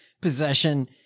possession